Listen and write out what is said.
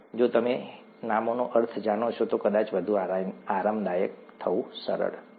જો તમે નામોનો અર્થ જાણો છો તો કદાચ વધુ આરામદાયક થવું થોડું સરળ છે